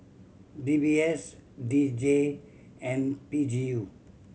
D B S D J and P G U